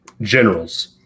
generals